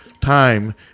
time